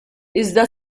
iżda